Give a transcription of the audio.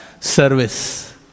service